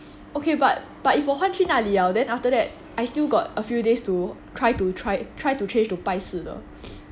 okay but but if 我换去那里 [liao] then after that I still got a few days to try to try to try to change to 拜四的